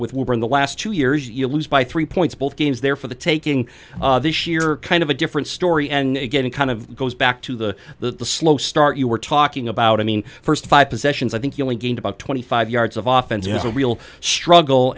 with were in the last two years you lose by three points both games there for the taking this year kind of a different story and getting kind of goes back to the the slow start you were talking about i mean first five possessions i think you only gained about twenty five yards of offense is a real struggle